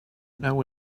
know